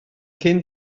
cyn